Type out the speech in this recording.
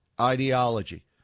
ideology